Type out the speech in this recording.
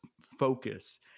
focus